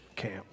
camp